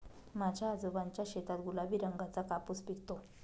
माझ्या आजोबांच्या शेतात गुलाबी रंगाचा कापूस पिकतो